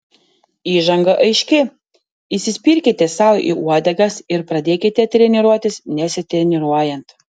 įžanga aiški įsispirkite sau į uodegas ir pradėkite treniruotis nesitreniruojant